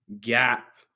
gap